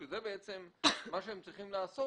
שזה בעצם מה שהם צריכים לעשות,